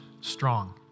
strong